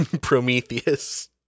Prometheus